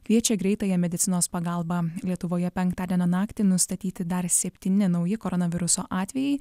kviečia greitąją medicinos pagalbą lietuvoje penktadienio naktį nustatyti dar septyni nauji koronaviruso atvejai